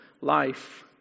life